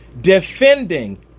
defending